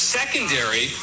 secondary